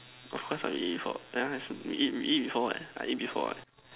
of course I eat before yeah we eat we eat before what I eat before what